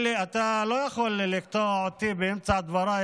אתה לא יכול לקטוע אותי באמצע דבריי,